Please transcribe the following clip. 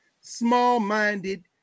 Small-minded